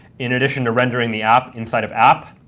in addition to rendering the app inside of app,